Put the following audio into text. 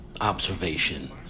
Observation